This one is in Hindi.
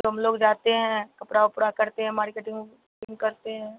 जो हम लोग जाते हैं कपड़ा ओपड़ा करते हैं मार्केटिंग ओटिंग करते हैं